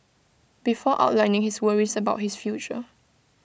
before outlining his worries about his future